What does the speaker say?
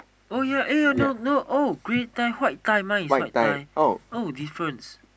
oh ya eh no no oh grey tie white tie mine is white tie oh difference